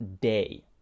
day